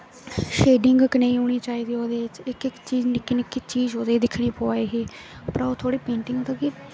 shading कनेही होनी चाहिदी ओह्दे च इक इक चीज निक्की निक्की चीज ओह्दे च दिक्खनी पवै दी ही उप्परा दे थोह्ड़ी पेंटिंग मतलब कि